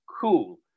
cool